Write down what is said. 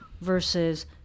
versus